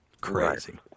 Crazy